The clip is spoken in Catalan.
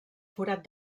forat